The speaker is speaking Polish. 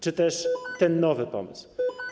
Czy też ten nowy pomysł?